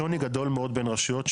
שוני גדול מאוד בין רשויות.